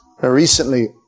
recently